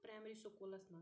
primary سکوٗلَس منٛز